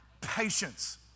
Patience